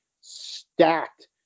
stacked